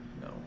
No